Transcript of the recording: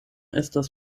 estas